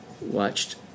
watched